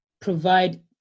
provide